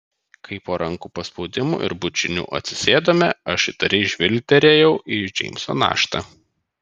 kai po rankų paspaudimų ir bučinių atsisėdome aš įtariai žvilgterėjau į džeimso naštą